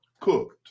cooked